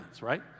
right